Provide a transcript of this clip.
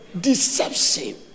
Deception